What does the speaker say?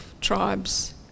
tribes